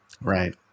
right